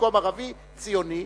במקום "ערבי" "ציוני",